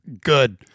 Good